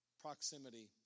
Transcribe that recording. Proximity